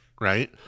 right